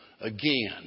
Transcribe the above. again